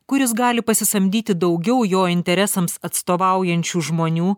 kuris gali pasisamdyti daugiau jo interesams atstovaujančių žmonių